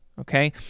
Okay